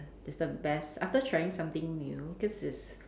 it's the best after trying something new cause it's